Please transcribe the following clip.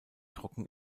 trocken